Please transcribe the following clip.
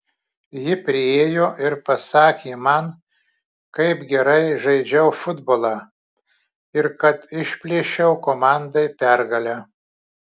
ji priėjo ir pasakė man kaip gerai žaidžiau futbolą ir kad išplėšiau komandai pergalę